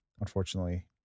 unfortunately